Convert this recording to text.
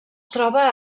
troba